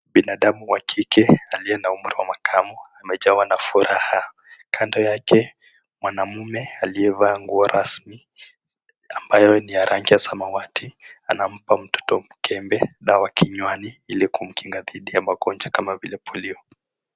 Binadamu wa kike aliye na umri wa makamo amejawa na furaha. Kando yake mwanamume aliyevaa nguo rasmi ambayo ni ya rangi ya samawati anampa mtoto mkebe dawa kinywani ili kukinga dhidi ya magonjwa kama polio.